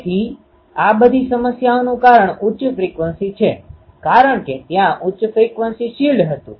તેથી આ બધી સમસ્યાઓનું કારણ ઉચ્ચ ફ્રિકવન્સી છે કારણ કે ત્યાં ઉચ્ચ ફ્રિકવન્સી શિલ્ડ હતું